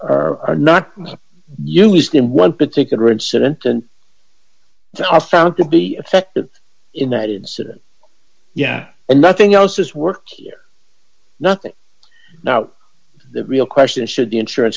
t are not used in one particular incident and are found to be effective in that incident yeah and nothing else has worked here nothing now the real question is should the insurance